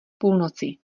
půlnoci